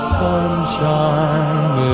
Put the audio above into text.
sunshine